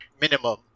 minimum